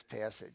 passage